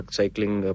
cycling